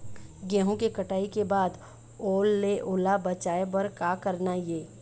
गेहूं के कटाई के बाद ओल ले ओला बचाए बर का करना ये?